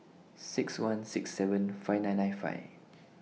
six one six seven five nine nine five